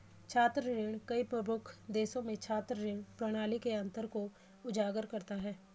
छात्र ऋण कई प्रमुख देशों में छात्र ऋण प्रणाली के अंतर को उजागर करता है